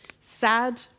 Sad